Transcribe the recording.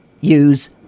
use